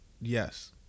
yes